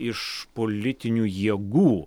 iš politinių jėgų